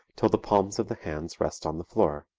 till the palms of the hands rest on the floor.